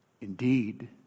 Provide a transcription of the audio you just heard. Indeed